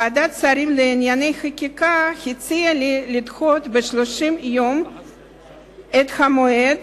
ועדת שרים לענייני חקיקה הציעה לי לדחות ב-30 יום את מועד